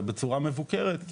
בצורה מבוקרת,